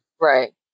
Right